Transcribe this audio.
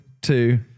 two